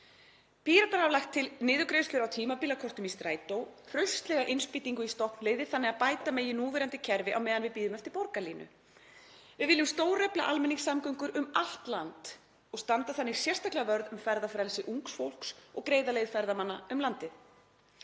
hafa lagt til niðurgreiðslur á tímabilakortum í strætó og hraustlega innspýtingu í stofnleiðir þannig að bæta megi núverandi kerfi á meðan við bíðum eftir borgarlínu. Við viljum stórefla almenningssamgöngur um allt land og standa þannig sérstaklega vörð um ferðafrelsi ungs fólks og greiða leið ferðamanna um landið.